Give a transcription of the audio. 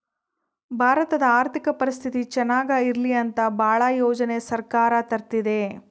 ಭಾರತದ ಆರ್ಥಿಕ ಪರಿಸ್ಥಿತಿ ಚನಾಗ ಇರ್ಲಿ ಅಂತ ಭಾಳ ಯೋಜನೆ ಸರ್ಕಾರ ತರ್ತಿದೆ